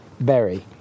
Berry